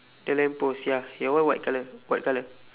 the lamp post ya your one white colour what colour